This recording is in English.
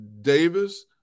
Davis